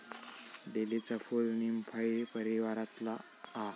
लीलीचा फूल नीमफाई परीवारातला हा